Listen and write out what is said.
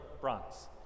bronze